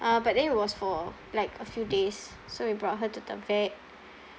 uh but then it was for like a few days so we brought her to the vet